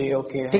okay